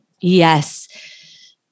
Yes